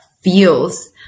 feels